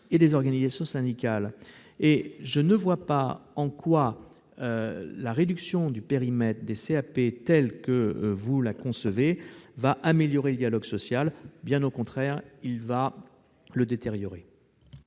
et des organisations syndicales. Je ne vois pas en quoi la réduction du périmètre des CAP, telle que vous la concevez, améliorera le dialogue social. Bien au contraire, il s'en trouvera